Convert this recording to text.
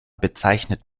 bezeichnet